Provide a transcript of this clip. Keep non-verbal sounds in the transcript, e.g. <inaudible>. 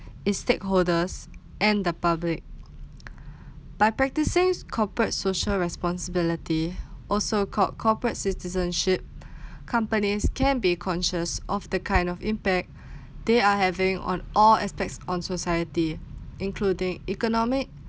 <breath> its stakeholders and the public <noise> <breath> by practicing corporate social responsibility also called corporate citizenship <breath> companies can be conscious of the kind of impact <breath> they are having on all aspects on society including economic